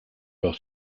while